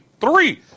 three